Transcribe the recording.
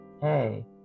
hey